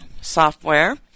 software